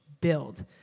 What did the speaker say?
build